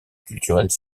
culturelle